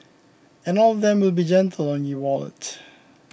and all of them will be gentle on your wallet